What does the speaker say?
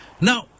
Now